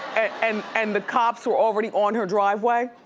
and and the cops were already on her driveway?